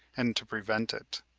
and to prevent it.